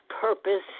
purpose